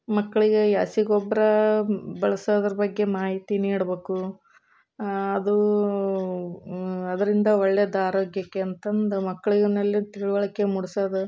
ಮಕ್ಳಿಗೆ ಈ ಹಸಿ ಗೊಬ್ಬರ ಬಳ್ಸೋದ್ರ ಬಗ್ಗೆ ಮಾಹಿತಿ ನೀಡ್ಬೇಕು ಅದು ಅದರಿಂದ ಒಳ್ಳೇದು ಆರೋಗ್ಯಕ್ಕೆ ಅಂತಂದು ಮಕ್ಳಿನಲ್ಲಿ ತಿಳುವಳಿಕೆ ಮೂಡಿಸೋದು